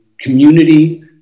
community